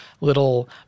little